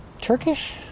Turkish